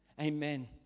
Amen